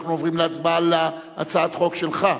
אנחנו עוברים להצבעה על הצעת החוק שלך.